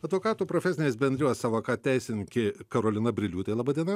advokatų profesinės bendrijos avoka teisininkė karolina briliūtė laba diena